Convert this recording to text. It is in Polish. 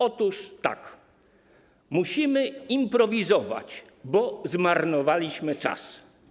Otóż tak, musimy improwizować, bo zmarnowaliśmy czas.